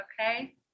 okay